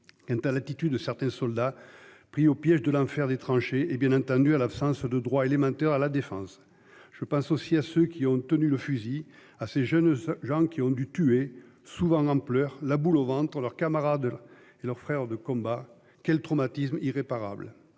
Quant à l'attitude de certains soldats pris au piège de l'enfer des tranchées et bien entendu à l'absence de droit élémentaire à la défense. Je pense aussi à ceux qui ont tenu le fusil à ces jeunes gens qui ont dû tué souvent l'ampleur, la boule au ventre leurs camarades. Et leurs frères de combat quel traumatisme irréparable.